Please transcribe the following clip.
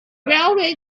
railway